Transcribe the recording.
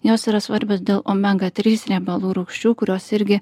jos yra svarbios dėl omega trys riebalų rūgščių kurios irgi